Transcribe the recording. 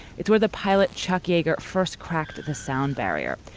it's where the pilot, chuck yeager, first cracked the sound barrier.